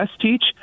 teach